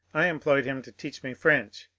i employed him to teach me french,